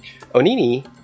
Onini